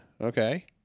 Okay